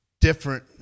different